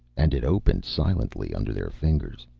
and it opened silently under their fingers.